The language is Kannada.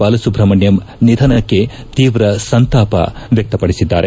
ಬಾಲಸುಬ್ರಹ್ಮಣ್ಣಂ ನಿಧನಕ್ಕೆ ತೀವ್ರ ಸಂತಾಪ ವ್ಯಕ್ತಪಡಿಸಿದ್ದಾರೆ